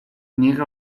niega